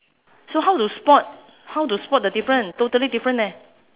so how to spot how to spot the different totally different eh